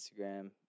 Instagram